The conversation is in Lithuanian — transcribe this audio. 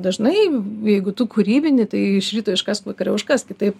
dažnai jeigu tu kūrybini tai iš ryto iškask vakare užkask kitaip